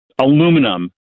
aluminum